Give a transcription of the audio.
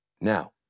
Now